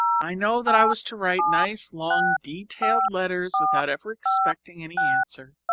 i know that i was to write nice, long, detailed letters without ever expecting any answer.